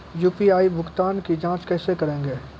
UPI भुगतान की जाँच कैसे करेंगे?